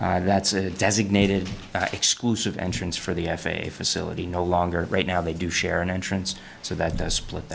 that's a designated exclusive entrance for the f a a facility no longer right now they do share an entrance so that they split